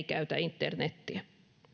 käytä internetiä